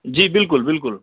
جی بالکل بالکل